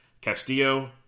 Castillo